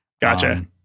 Gotcha